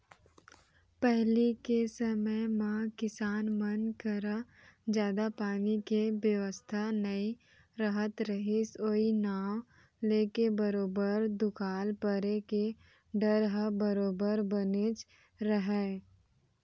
पहिली के समे म किसान मन करा जादा पानी के बेवस्था नइ रहत रहिस ओई नांव लेके बरोबर दुकाल परे के डर ह बरोबर बनेच रहय